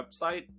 website